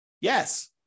Yes